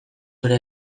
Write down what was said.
zure